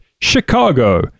Chicago